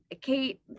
Kate